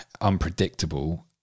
unpredictable